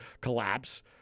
collapse